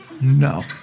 No